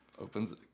opens